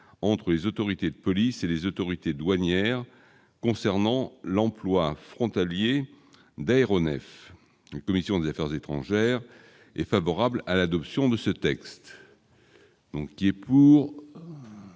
entre les autorités de police et les autorités douanières concernant l'emploi frontalier d'aéronefs commission des Affaires étrangères et favorable à l'adoption de ce texte. Donc, qui pour